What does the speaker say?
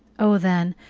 oh, then,